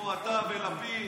אתה ולפיד.